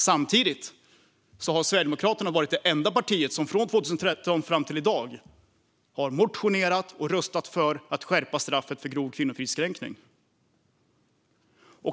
Samtidigt har Sverigedemokraterna varit det enda parti som från 2013 och fram till i dag har motionerat och röstat för att skärpa straffet för grov kvinnofridskränkning.